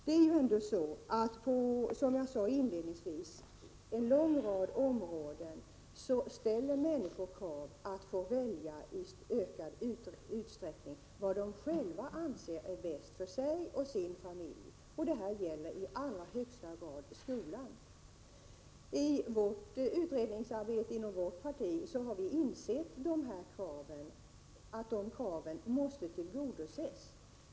Det finns, som jag inledningsvis sade, en lång rad områden där människor ställer krav på att i ökad utsträckning få välja vad de själva anser är bäst för sig och sin familj. Detta gäller i allra högsta grad skolan. I det utredningsarbete som bedrivs inom vårt parti har vi insett att dessa krav måste tillgodoses.